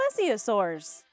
plesiosaurs